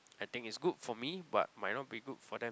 I think is good for me but might not be good for them